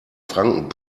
franken